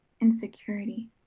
insecurity